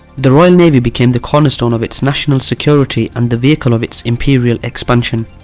the royal navy became the cornerstone of its national security and the vehicle of its imperial expansion.